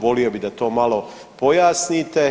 Volio bi da to malo pojasnite.